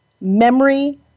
memory